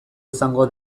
izango